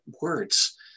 words